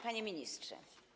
Panie Ministrze!